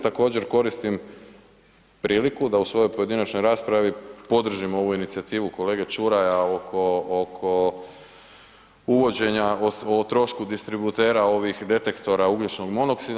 Također koristim priliku da u svojoj pojedinačnoj raspravi podržim ovu inicijativu kolege Ćuraja oko uvođenja o trošku distributera ovih detektora ugljičnog monoksida.